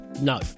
no